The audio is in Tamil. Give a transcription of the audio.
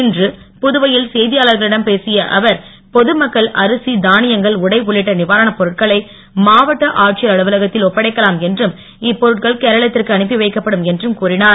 இன்று புதுவையில் செய்தியாளர்களிடம் பேசிய அவர் பொது மக்கள் அரிசி தானியங்கள் உடை உள்ளிட்ட நீவாரணப் பொருட்களை மாவட்ட ஆட்சியர் அலுவலகத்தில் ஒப்படைக்கலாம் என்றும் இப்பொருட்கள் கேரளத்திற்கு அலுப்பி வைக்கப்படும் என்றும் கூறினார்